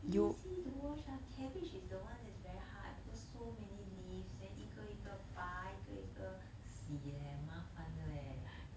easy to watch ah cabbage is the one that is very hard because so many leaves then 一个一个拔一个一个洗 leh 麻烦的 leh